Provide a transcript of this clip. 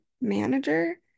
manager